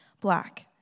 black